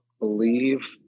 believe